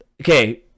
Okay